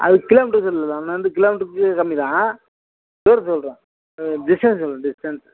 அது kilometre சொல்லல அங்கே கிலோமீட்டர்க்கு கீழே கம்மி தான் தூரத்தை சொல்கிறேன் டிஸ்டன்ஸ் சொல்கிறேன் டிஸ்டன்ஸ்ஸு